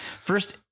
first